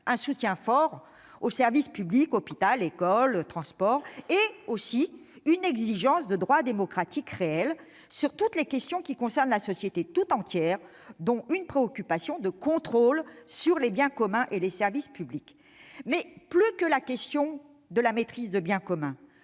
un soutien fort aux services publics- hôpitaux, écoles ou transports. Ils exigent des droits démocratiques réels sur les questions concernant la société tout entière et un contrôle sur les biens communs et les services publics. Mais plus que la question de la maîtrise des biens communs,